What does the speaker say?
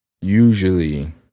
usually